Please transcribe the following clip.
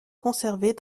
conservées